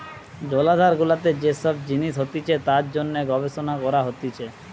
জলাধার গুলাতে যে সব জিনিস হতিছে তার জন্যে গবেষণা করা হতিছে